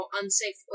unsafe